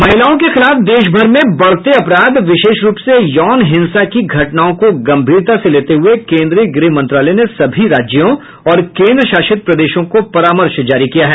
महिलाओं के खिलाफ देश भर में बढते अपराध विशेष रूप से यौन हिंसा की घटनाओं को गंभीरता से लेते हुए केन्द्रीय गृह मंत्रालय ने सभी राज्यों और केन्द्र शासित प्रदेशों को परामर्श जारी किया है